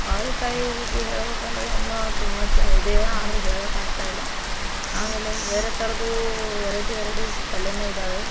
ಅವರೆಕಾಯಿ ಬಗ್ಗೆ ಹೇಳ್ಬೇಕಂದ್ರೆ ಇನ್ನೂ ತುಂಬ ಚ ಇದೆ ಆದ್ರೆ ಹೇಳಕ್ಕೆ ಆಗ್ತಾಯಿಲ್ಲ ಆಮೇಲೆ ಬೇರೆ ಥರದ ವೆರೈಟಿ ವೆರೈಟೀಸ್ ಪಲ್ಯವೂ ಇದ್ದಾವೆ